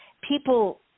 people